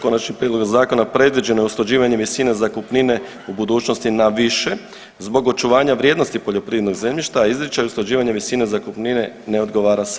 Konačnim prijedlogom zakona predviđeno je usklađivanje visine zakupnine u budućnosti na više zbog očuvanja vrijednosti poljoprivrednog zemljišta, a izričaj usklađivanja visine zakupnine ne odgovara sadržaju odredbi.